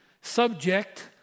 subject